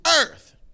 earth